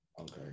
Okay